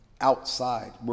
outside